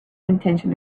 intention